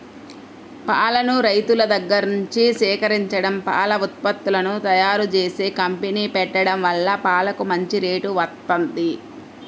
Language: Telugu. పాలను రైతుల దగ్గర్నుంచి సేకరించడం, పాల ఉత్పత్తులను తయ్యారుజేసే కంపెనీ పెట్టడం వల్ల పాలకు మంచి రేటు వత్తంది